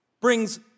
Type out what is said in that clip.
brings